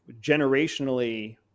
generationally